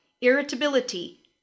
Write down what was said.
irritability